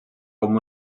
com